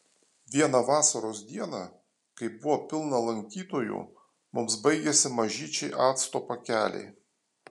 vieną vasaros dieną kai buvo pilna lankytojų mums baigėsi mažyčiai acto pakeliai